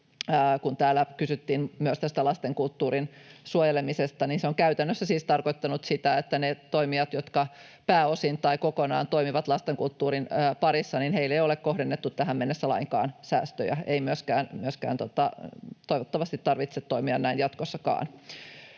kun täällä kysyttiin myös tästä lasten kulttuurin suojelemisesta. Se on käytännössä siis tarkoittanut sitä, että niille toimijoille, jotka pääosin tai kokonaan toimivat lastenkulttuurin parissa, ei ole kohdennettu tähän mennessä lainkaan säästöjä. Ei myöskään toivottavasti tarvitse toimia näin jatkossakaan.